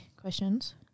questions